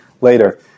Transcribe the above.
later